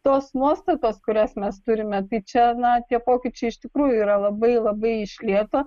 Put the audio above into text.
tos nuostatos kurias mes turime tai čia na tie pokyčiai iš tikrųjų yra labai labai iš lėto